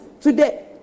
today